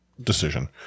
decision